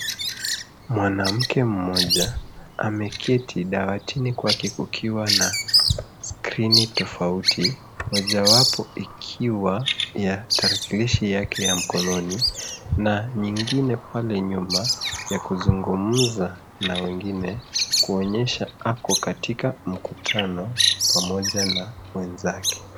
Mwanamke mmoja ameketi dawatini kwake kukiwa na skrini tofauti mojawapo ikiwa ya tarakilishi yake ya mkononi na nyingine pale nyuma ya kuzungumza na wengine kuonyesha ako katika mkutano pamoja na wenzake.